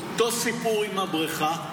אותו סיפור עם הבריכה,